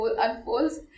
unfolds